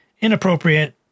inappropriate